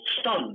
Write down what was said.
stunned